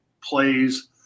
plays